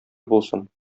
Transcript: булсын